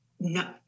No